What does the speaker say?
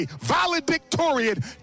valedictorian